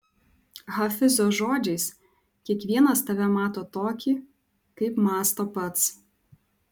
hafizo žodžiais kiekvienas tave mato tokį kaip mąsto pats